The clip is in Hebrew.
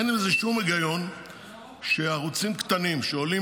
אין בזה שום היגיון שערוצים קטנים שעולים